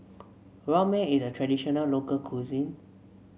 ramen is a traditional local cuisine